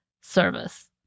service